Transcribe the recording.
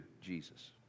Jesus